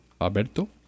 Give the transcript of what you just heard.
Alberto